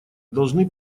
должны